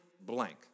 blank